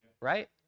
right